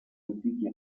antichi